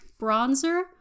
bronzer